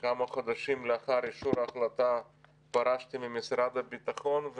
כמה חודשים לאחר אישור החלטה פרשתי ממשרד הביטחון.